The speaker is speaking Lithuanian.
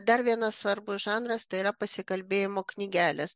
dar vienas svarbus žanras tai yra pasikalbėjimų knygelės